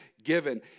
given